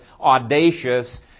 audacious